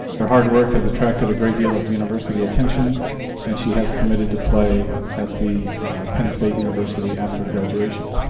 her hard work has attracted a great deal of university attention and she has committed to play at the penn state university after graduation.